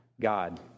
God